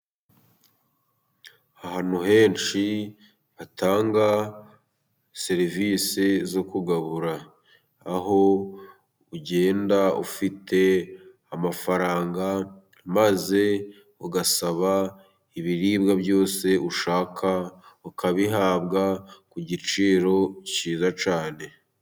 Ahantu henshi batanga serivisi zo kugabura. Aho ugenda ufite amafaranga maze ugasaba ibiribwa byose ushaka ukabihabwa ku giciro cyiza cyane.